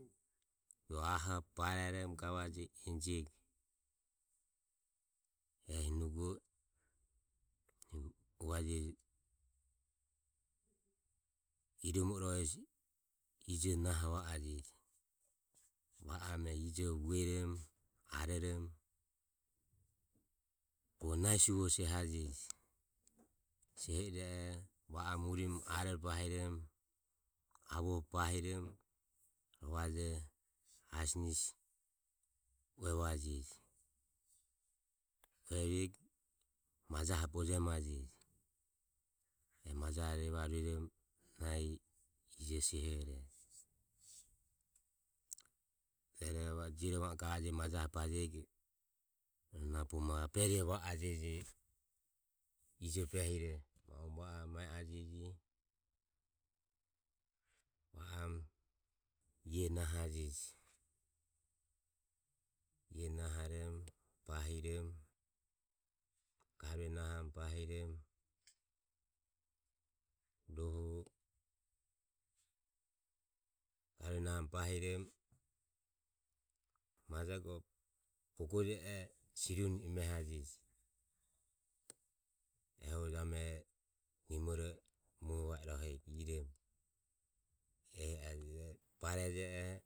Ro ahobarerom gavajeji ehi nugo i vade hirom va o ije nahova ajeji vaom ijo uerom arorom bogo nahisuvo sehaje vaom urim aroro bahirom va o hirom ro asinsio uevajeji ruero maja bujemaje e majare evare rueromo nahi ije sehore rueroho va o jiorom gavaje maja bajego na bogo burerio va aje ijo behiro ma vaom e ajeji vaom iae nahajeji iae nahorom bahirom garue nahorom rohu bogo je e siri une emehaje ehuro jabume irom nimorohevojoro